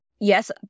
Yes